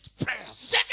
prayers